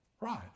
Right